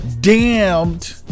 Damned